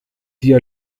die